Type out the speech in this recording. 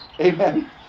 Amen